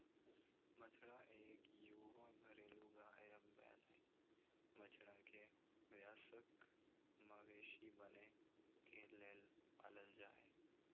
बछड़ा इक युवा घरेलू गाय या बैल हई, बछड़ा के वयस्क मवेशी बने के लेल पालल जा हई